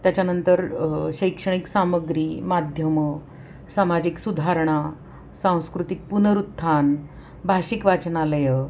त्याच्यानंतर शैक्षणिक सामग्री माध्यमं सामाजिक सुधारणा सांस्कृतिक पुनरुत्थान भाषिक वाचनालयं